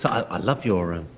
i love your ahh.